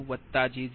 uZ40